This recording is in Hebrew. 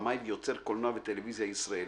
במאי ויוצר קולנוע וטלווייה ישראלי.